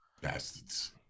bastards